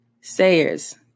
Sayers